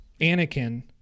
Anakin